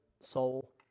soul